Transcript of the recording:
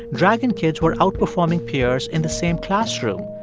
dragon kids were outperforming peers in the same classroom,